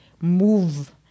move